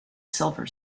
silver